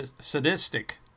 sadistic